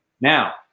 Now